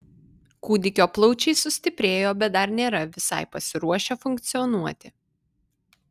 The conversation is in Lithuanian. kūdikio plaučiai sustiprėjo bet dar nėra visai pasiruošę funkcionuoti